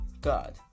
god